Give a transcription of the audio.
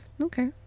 okay